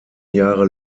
jahre